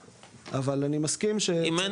אבל אני מסכים שצריך --- אם אין